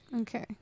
Okay